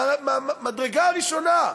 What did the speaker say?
מהמדרגה הראשונה,